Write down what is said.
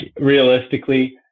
realistically